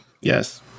yes